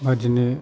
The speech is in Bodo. बिदिनो